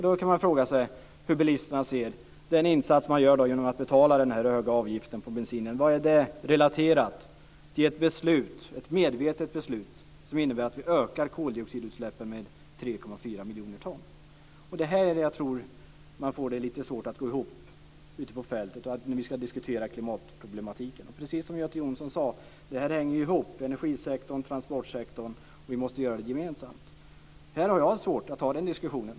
Då kan man fråga sig hur bilisterna ser på den insats de gör genom att betala det höga bensinpriset relaterat till ett medvetet beslut som innebär att koldioxidutsläppen ökar med 3,4 miljoner ton. Det här får man lite svårt att gå ihop ute på fältet när man ska diskutera klimatproblematiken. Precis som Göte Jonsson sade hänger energisektorn och transportsektorn ihop, och vi måste lösa problemen gemensamt. Jag har svårt att ta den diskussionen.